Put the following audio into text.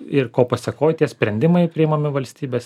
ir ko pasekoj tie sprendimai priimami valstybės